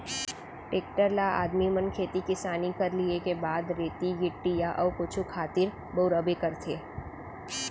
tractor ल आदमी मन खेती किसानी कर लिये के बाद रेती गिट्टी या अउ कुछु खातिर बउरबे करथे